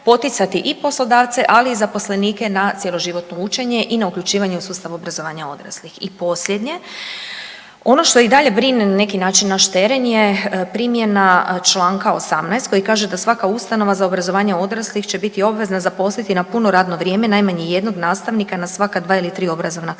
poticati i poslodavce, ali i zaposlenike na cjeloživotno učenje i na uključivanje u sustav obrazovanja odraslih. I posljednje, ono što i dalje brine na neki način naš teren je primjena čl. 18. koji kaže da svaka ustanova za obrazovanje odraslih će biti obvezna zaposliti na puno radno vrijeme najmanje jednog nastavnika na svaka 2 ili 3 obrazovna sektora